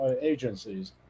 agencies